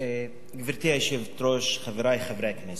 גברתי היושבת-ראש, חברי חברי הכנסת,